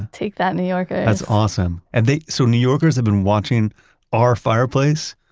take that new yorkers that's awesome. and the, so, new yorkers have been watching our fireplace?